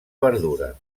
verdura